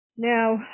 Now